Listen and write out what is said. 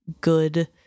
good